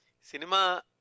Cinema